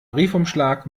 briefumschlag